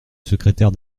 secrétaire